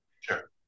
sure